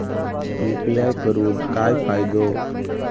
UPI करून काय फायदो?